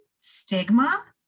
stigma